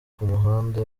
kumuhanda